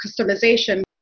customization